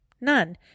None